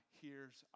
hears